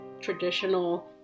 traditional